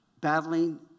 battling